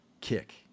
kick